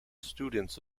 students